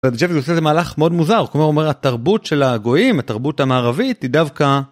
ג'בי עושה איזה מהלך מאוד מוזר כלומר הוא אומר "התרבות של הגויים, התרבות המערבית היא דווקא..."